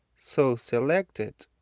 so, select it,